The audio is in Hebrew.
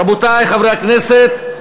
רבותי חברי הכנסת,